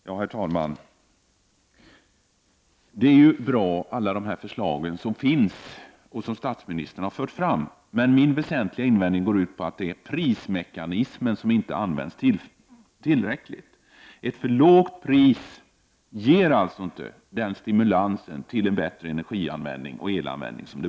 Herr talman! Alla de förslag som finns och som statsministern har fört fram är bra, men min väsentliga invändning går ut på att prismekanismen inte används tillräckligt. Ett för lågt pris ger alltså inte någon stimulans till en bättre energioch elanvändning.